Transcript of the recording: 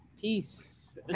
Peace